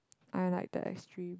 I like the extreme